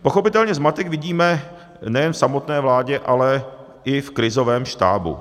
Pochopitelně zmatek vidíme nejen v samotné vládě, ale i v krizovém štábu.